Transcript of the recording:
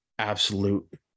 absolute